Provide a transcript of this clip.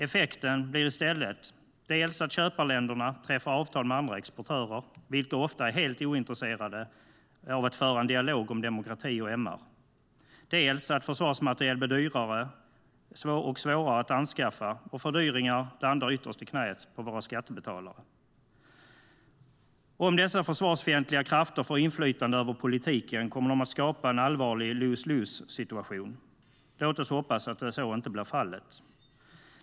Effekten blir i stället dels att köparländerna träffar avtal med andra exportörer, vilka ofta är helt ointresserade av att föra en dialog om demokrati och MR, dels att försvarsmateriel blir svårare och dyrare att anskaffa. Fördyringarna landar då ytterst i knäet på våra skattebetalare. Om dessa försvarsfientliga krafter får inflytande över politiken kommer de att skapa en allvarlig lose-lose-situation. Låt oss hoppas att så inte blir fallet.